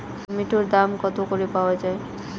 টমেটোর দাম কত করে পাওয়া যায়?